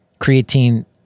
creatine